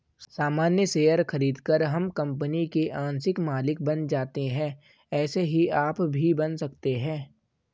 सामान्य शेयर खरीदकर हम कंपनी के आंशिक मालिक बन जाते है ऐसे ही आप भी बन सकते है